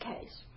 case